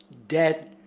debt,